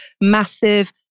massive